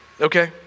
Okay